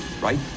right